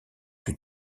plus